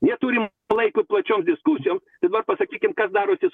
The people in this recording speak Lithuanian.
neturim laiko plačiom diskusijom dabar pasakykim kad darosi su